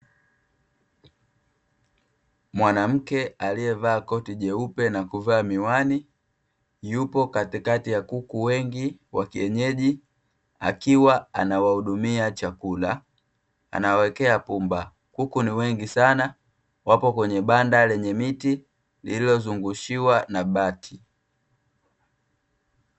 Mwanamke aliyevaa koti jeupe na kuvaa miwani yupo, katikati ya kuku wengi wa kienyeji, akiwa anawahudumia chakula, anawawekea pumba. Kuku ni wengi sana, wapo kwenye banda lenye miti lililozingushiwa na bati.